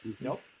Nope